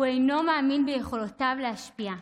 הוא אינו מאמין ביכולותיו להשפיע,